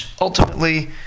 ultimately